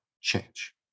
change